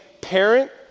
parent